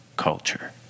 culture